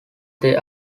they